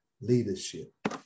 leadership